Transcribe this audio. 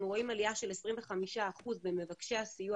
אנחנו רואים עלייה של 25% במבקשי הסיוע